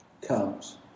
comes